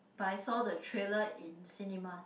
but I saw the trailer in cinema